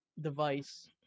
device